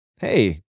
Hey